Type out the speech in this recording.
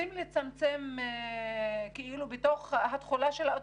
רוצים לצמצם את תכולת האוטובוסים,